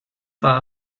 war